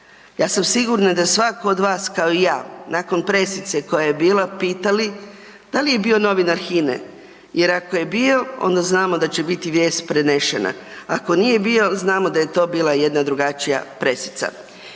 ja sam sigurna da svatko od vas kao i ja, nakon pressice koja je bila, pitali da je bio novinar HINA-e jer ako je bio, onda znamo da će biti vijest prenešena. Ako nije bio, znamo da je to bila jedna drugačija pressica.